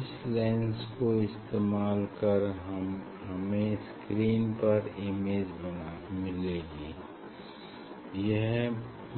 इस लेंस को इस्तेमाल कर हमें स्क्रीन पर इमेज मिलेगी यह